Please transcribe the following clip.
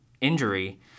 injury